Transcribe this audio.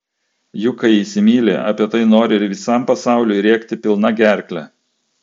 juk kai įsimyli apie tai nori visam pasauliui rėkti pilna gerkle